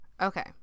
Okay